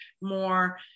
more